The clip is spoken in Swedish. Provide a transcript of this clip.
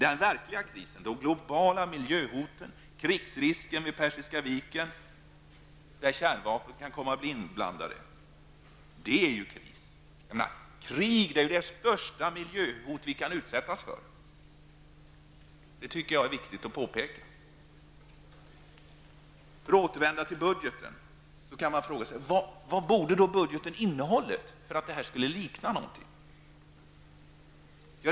De globala miljöhoten, krigsrisken vid Persiska viken, där kärnvapen kan komma att bli inblandade, är den verkliga krisen. Krig är ju det största miljöhot som vi kan utsättas för. Det tycker jag är viktigt att påpeka. För att återvända till budgeten kan man fråga sig: Vad borde budgeten ha innehållit för att det skulle likna någonting?